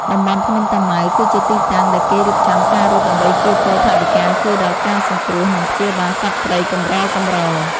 តំបន់ភ្នំតាម៉ៅ គឺជាទីតាំងដែលគេរៀបចំការរត់ដើម្បីកៀរគរថវិកាជួយដល់ការសង្គ្រោះ និងព្យាបាលសត្វព្រៃកម្រៗ។